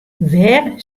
wêr